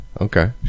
Okay